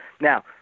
Now